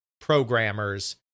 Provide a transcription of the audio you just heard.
programmers